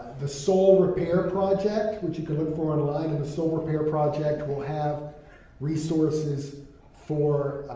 the soul repair project, which you can look for online, and the soul repair project will have resources for